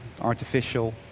artificial